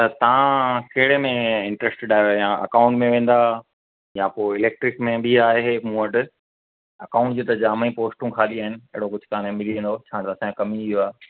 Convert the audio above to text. त तव्हां कहिड़े में इंट्रेस्टेड आहियो या अकाउंट में वेंदा या पोइ इलेक्ट्रिक में बि आहे मूं वटि अकाउंट जी त जाम ई पोस्टूं ख़ाली आहिनि अहिड़ो कुझु काने मिली वेंदुव छा असांजो कमु ई इहो आहे